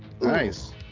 Nice